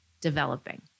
developing